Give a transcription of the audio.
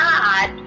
God